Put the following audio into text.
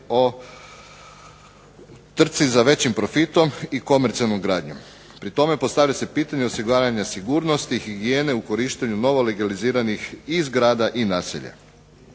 o trci za većim profitom i komercijalnom gradnjom. Pri tome postavlja se pitanje osiguravanja sigurnosti, higijene u korištenju novo legaliziranih i zgrada i naselja.